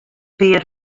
pear